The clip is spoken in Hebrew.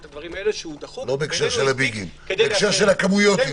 אלה שהוא דחוק- -- לא בהקשר של הביגים אלא בהקשר החנויות.